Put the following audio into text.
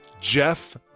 Jeff